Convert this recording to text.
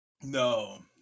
No